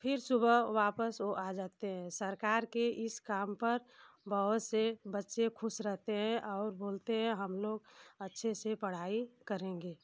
फिर सुबह वापस वो आ जाते हैं सरकार के इस काम पर बहुत से बच्चे खुश रहते हें और बोलते हैं हम लोग अच्छे से पढ़ाई करेंगे